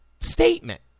statement